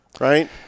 Right